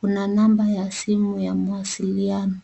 Kuna namba ya simu ya mawasiliano.